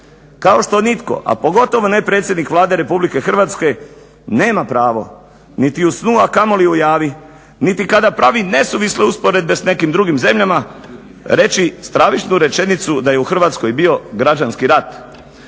kao što nitko a pogotovo ne predsjednik Vlade RH nema pravo niti u snu a kamoli u javi. Niti kada prava nesuvisle usporedbe s nekim drugim zemljama reći stravičnu rečenicu da je u Hrvatskoj bio građanski rat